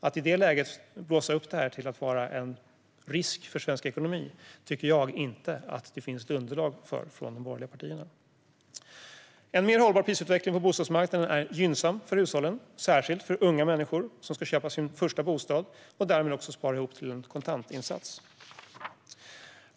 Att i det läget blåsa upp detta till att vara en risk för svensk ekonomi tycker jag inte att de borgerliga partierna har något underlag för. En mer hållbar prisutveckling på bostadsmarknaden är gynnsam för hushållen, särskilt för unga människor som ska köpa sin första bostad och därmed spara ihop till en kontantinsats.